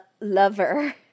lover